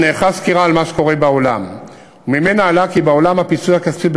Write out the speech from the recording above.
נערכה סקירה על מה שקורה בעולם ועלה ממנה כי בעולם הפיצוי הכספי,